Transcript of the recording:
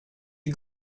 you